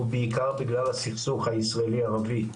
הוא בעיקר בגלל הסכסוך הישראלי ערבי,